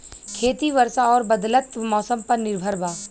खेती वर्षा और बदलत मौसम पर निर्भर बा